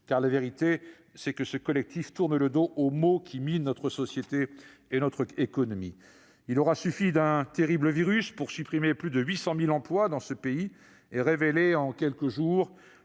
La vérité est que ce collectif tourne le dos aux maux qui minent notre société et notre économie. Il aura suffi d'un terrible virus pour supprimer plus de 800 000 emplois dans ce pays et révéler, en quelques jours,